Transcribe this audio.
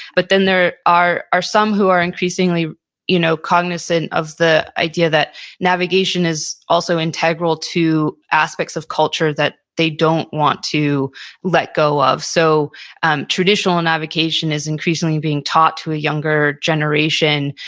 but then there are are some who are increasingly you know cognizant of the idea that navigation is also integral to aspects of culture that they don't want to let go of. so and traditional and navigation is increasingly being taught to a younger generation.